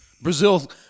Brazil